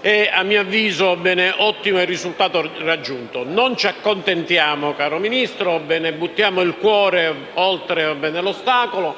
e a mio avviso è un ottimo risultato raggiunto. Non ci accontentiamo, caro Ministro, e buttiamo il cuore oltre l'ostacolo.